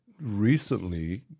recently